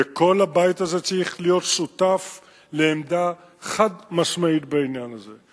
וכל הבית הזה צריך להיות שותף לעמדה חד-משמעית בעניין הזה,